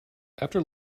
after